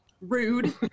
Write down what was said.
Rude